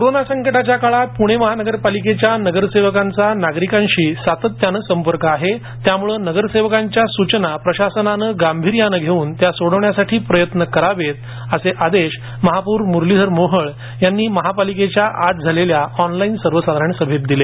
कोरोनाच्या संकटकाळात पुणे महापालिकेच्या नगरसेवकांचा नागरिकांशी सातत्याने संपर्क आहे त्यामुळे नगरसेवकांच्या सूचना प्रशासनाने गांभीर्याने घेऊन त्या सोडविण्यासाठी प्रयत्न करावेत असे आदेश महापौर मुरलीधर मोहोळ यांनी महापालिकेच्या आज झालेल्या ऑनलाइन सर्वसाधारण सभेत दिले